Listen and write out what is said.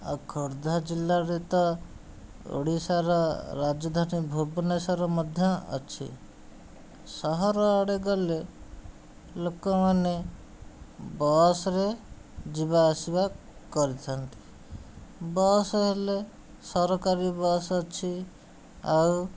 ଆଉ ଖୋର୍ଦ୍ଧା ଜିଲ୍ଲାରେ ତ ଓଡ଼ିଶାର ରାଜଧାନୀ ଭୁବନେଶ୍ଵର ମଧ୍ୟ ଅଛି ସହର ଆଡ଼େ ଗଲେ ଲୋକମାନେ ବସ୍ରେ ଯିବାଆସିବା କରିଥାନ୍ତି ବସ୍ ହେଲେ ସରକାରୀ ବସ୍ ଅଛି ଆଉ